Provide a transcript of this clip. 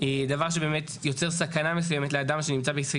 דבר שיוצר סכנה מסוימת לאדם שנמצא בכיסא